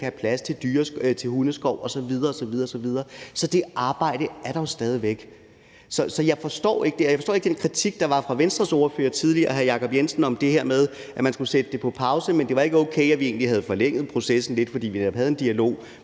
kan have plads til hundeskov osv. osv. Så det arbejde er der jo stadig væk. Så jeg forstår ikke det her, og jeg forstår ikke den kritik, der var fra Venstres ordfører, hr. Jacob Jensen, tidligere om det her med, at man skulle sætte det på pause, men det var ikke okay, at vi egentlig havde forlænget processen lidt, fordi vi netop havde en dialog,